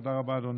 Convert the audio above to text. תודה רבה, אדוני.